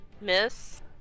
Miss